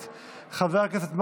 חבר הכנסת מרגי,